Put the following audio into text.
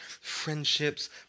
friendships